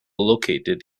located